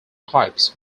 pipes